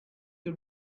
you